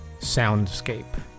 soundscape